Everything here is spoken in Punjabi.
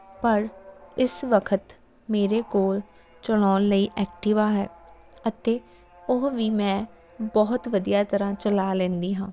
ਪਰ ਇਸ ਵਕਤ ਮੇਰੇ ਕੋਲ ਚਲਾਉਣ ਲਈ ਐਕਟੀਵਾ ਹੈ ਅਤੇ ਉਹ ਵੀ ਮੈਂ ਬਹੁਤ ਵਧੀਆ ਤਰ੍ਹਾਂ ਚਲਾ ਲੈਂਦੀ ਹਾਂ